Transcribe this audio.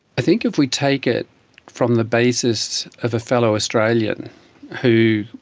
i think if we take it from the basis of a fellow australian who,